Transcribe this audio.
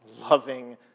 loving